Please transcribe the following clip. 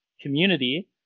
community